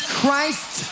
Christ